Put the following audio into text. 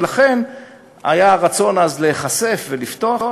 ולכן היה רצון אז להיחשף ולפתוח.